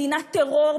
מדינת טרור,